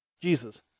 Jesus